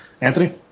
Anthony